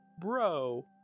Bro